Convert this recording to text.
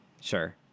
Sure